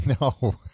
No